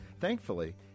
Thankfully